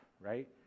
right